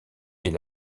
est